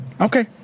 Okay